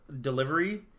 delivery